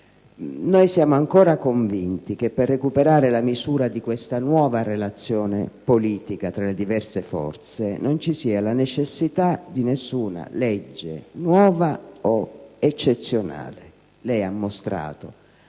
- siamo ancora convinti che per recuperare la misura di questa nuova relazione politica tra le diverse forze non ci sia la necessità di nessuna legge nuova o eccezionale. Lei ha mostrato